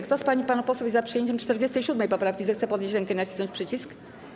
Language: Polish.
Kto z pań i panów posłów jest za przyjęciem 47. poprawki, zechce podnieść rękę i nacisnąć przycisk.